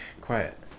Quiet